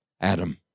Adam